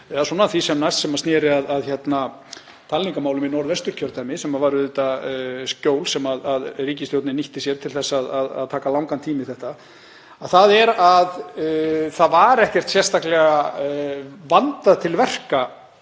því sem næst, sem sneri að talningarmálum í Norðvesturkjördæmi, sem var auðvitað skjól sem ríkisstjórnin nýtti sér til þess að taka langan tíma í þetta, að það var ekkert sérstaklega vandað til verka